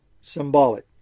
symbolic